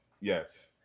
yes